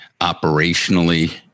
operationally